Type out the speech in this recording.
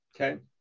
okay